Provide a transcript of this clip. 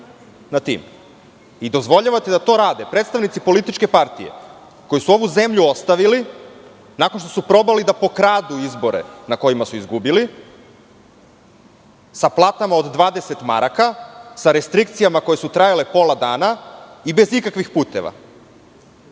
Dozvoljavate da to rade predstavnici političke partije koji su ovu zemlju ostavili nakon što su probali da pokradu izbore na kojima su izgubili, sa platama od 20 maraka, sa restrikcijama koje su trajale pola dana i bez ikakvih puteva